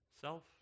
self